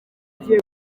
bamwe